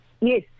Yes